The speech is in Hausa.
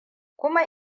kuma